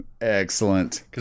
Excellent